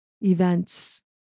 events